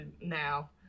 now